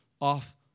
off